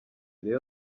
rayon